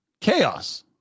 Chaos